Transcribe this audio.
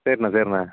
சரிண்ண சரிண்ண